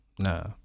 nah